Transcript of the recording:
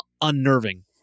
unnerving